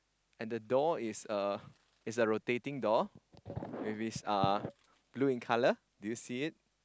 and the door is uh is a rotating door with is uh blue in colour do you see it